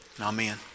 amen